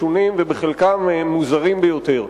משונים ובחלקם מוזרים ביותר.